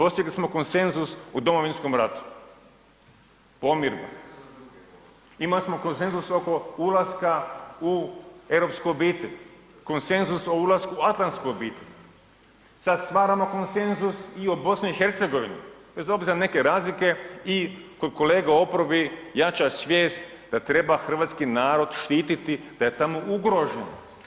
Postigli smo konsenzus u Domovinskom ratu, pomirba, imali smo konsenzus oko ulaska u europsku obitelj, konsenzus o ulasku u atlantsku obitelj, sad stvaramo konsenzus i o BiH bez obzira na neke razlike i kod kolega u oporbi jača svijest da treba hrvatski narod štititi da je tamo ugrožen.